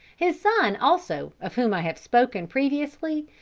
his son, also, of whom i have spoken previously,